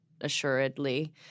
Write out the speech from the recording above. assuredly